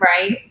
right